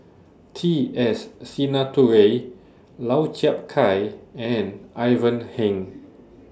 T S Sinnathuray Lau Chiap Khai and Ivan Heng